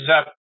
up